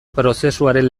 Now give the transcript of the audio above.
prozesuaren